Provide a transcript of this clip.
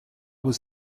was